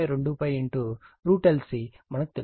f0 12πLC మనకు తెలుసు